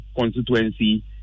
constituency